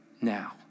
now